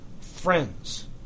friends